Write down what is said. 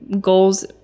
goals